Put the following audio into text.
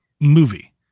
movie